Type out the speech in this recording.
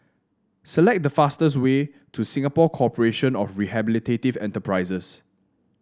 select the fastest way to Singapore Corporation of Rehabilitative Enterprises